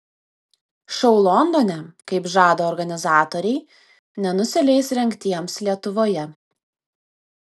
šou londone kaip žada organizatoriai nenusileis rengtiems lietuvoje